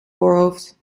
voorhoofd